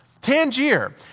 Tangier